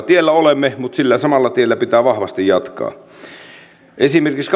tiellä olemme mutta sillä samalla tiellä pitää vahvasti jatkaa esimerkiksi